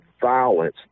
violence